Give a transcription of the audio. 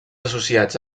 associats